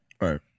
Right